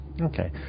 Okay